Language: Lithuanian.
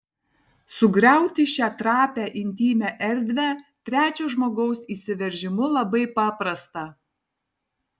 sugriauti šią trapią intymią erdvę trečio žmogaus įsiveržimu labai paprasta